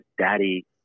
Daddy